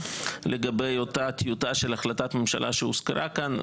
לגבי אותה טיוטת החלטת ממשלה שהוזכרה כאן.